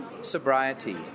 sobriety